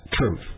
truth